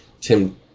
Tim